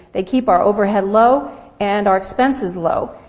they keep our overhead low and our expenses low.